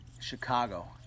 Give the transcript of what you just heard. Chicago